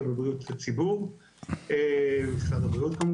בבריאות הציבור במשרד הבריאות.